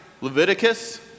Leviticus